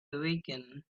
awaken